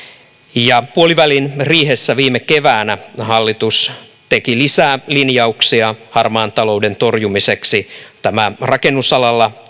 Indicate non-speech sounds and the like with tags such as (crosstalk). puolivälin riihessä viime keväänä hallitus teki lisää linjauksia harmaan talouden torjumiseksi rakennusalalla (unintelligible)